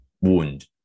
wound